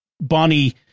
Bonnie